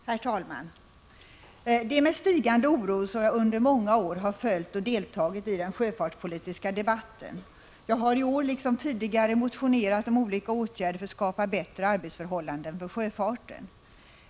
Herr talman! Det är med stigande oro som jag under många år har följt och deltagit i den sjöfartspolitiska debatten. Jag har i år liksom tidigare motionerat om olika åtgärder för att skapa bättre arbetsförhållanden för sjöfarten.